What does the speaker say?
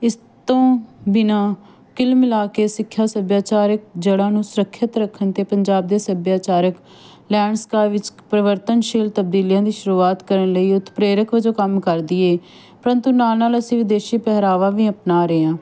ਇਸ ਤੋਂ ਬਿਨਾਂ ਕਿਲ ਮਿਲਾ ਕੇ ਸਿੱਖਿਆ ਸੱਭਿਆਚਾਰਿਕ ਜੜਾਂ ਨੂੰ ਸੁਰੱਖਿਅਤ ਰੱਖਣ ਅਤੇ ਪੰਜਾਬ ਦੇ ਸੱਭਿਆਚਾਰਕ ਲੈਂਡ ਸਕਾਅ ਵਿੱਚ ਪਰਿਵਰਤਨਸ਼ੀਲ ਤਬਦੀਲੀਆਂ ਦੀ ਸ਼ੁਰੂਆਤ ਕਰਨ ਲਈ ਉਤਪ੍ਰੇਰਕ ਵਜੋਂ ਕੰਮ ਕਰਦੀ ਏ ਪਰੰਤੂ ਨਾਲ ਨਾਲ ਅਸੀਂ ਵਿਦੇਸ਼ੀ ਪਹਿਰਾਵਾ ਵੀ ਆਪਣਾ ਰਹੇ ਹਾਂ